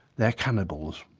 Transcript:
they're cannibals.